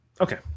Okay